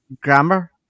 grammar